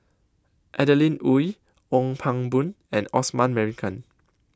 Adeline Ooi Ong Pang Boon and Osman Merican